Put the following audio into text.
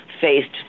faced